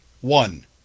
One